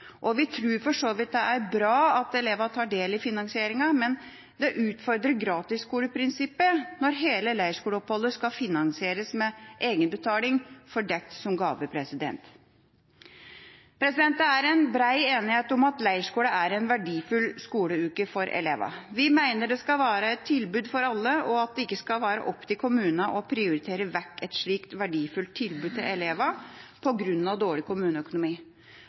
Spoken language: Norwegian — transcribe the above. Vi tror for så vidt det er bra at elevene tar del i finansieringa, men det utfordrer gratisskoleprinsippet når hele leirskoleoppholdet skal finansieres med egenbetaling fordekt som gaver. Det er brei enighet om at leirskole er en verdifull skoleuke for elevene. Vi mener det skal være et tilbud for alle, og at det ikke skal være opp til kommunene å prioritere vekk et slikt verdifullt tilbud til elevene på grunn av dårlig kommuneøkonomi.